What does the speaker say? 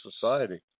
society